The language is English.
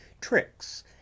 tricks